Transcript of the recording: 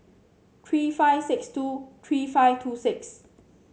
three five six two three five two six